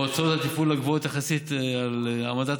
בהוצאות התפעול הגבוהות יחסית על העמדת